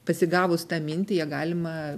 pasigavus tą mintį ją galima